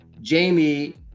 Jamie